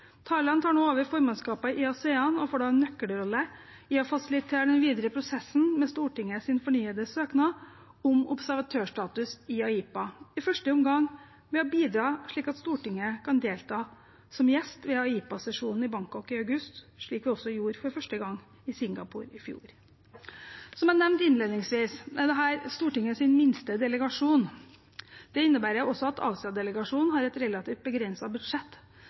tar nå over formannskapet i ASEAN, og får da en nøkkelrolle i å fasilitere den videre prosessen med Stortingets fornyede søknad om observatørstatus i AIPA, i første omgang ved å bidra slik at Stortinget kan delta som gjest i AIPA-sesjonen i Bangkok i august, slik vi også gjorde for første gang i Singapore i fjor. Som jeg nevnte innledningsvis, er dette Stortingets minste delegasjon. Det innebærer også at ASEP-delegasjonen har et relativt begrenset budsjett